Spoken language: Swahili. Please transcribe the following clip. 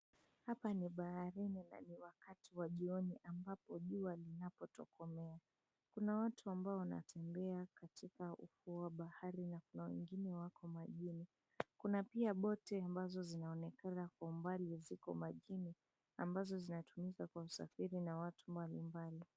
Hapa ni baharini na ni wakati wa jioni ambapo jua linapotokomea. Kuna watu ambao wanatembea, katika ufuo wa bahari na kuna wengine wako majini, kuna pia boti, ambazo zinaonekana kwa umbali ziko majini ambazo zinatumika kwa usafiri na watu mbali mbali.